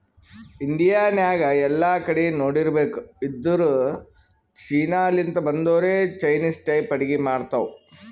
India ನಾಗ್ ಎಲ್ಲಾ ಕಡಿ ನೋಡಿರ್ಬೇಕ್ ಇದ್ದೂರ್ ಚೀನಾ ಲಿಂತ್ ಬಂದೊರೆ ಚೈನಿಸ್ ಟೈಪ್ ಅಡ್ಗಿ ಮಾಡ್ತಾವ್